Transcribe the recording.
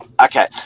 Okay